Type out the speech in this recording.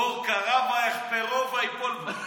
בור כרה ויחפרהו וייפול בו.